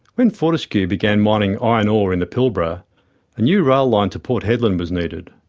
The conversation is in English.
when fortescue began mining iron ore in the pilbara, a new rail line to port hedland was needed.